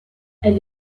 elle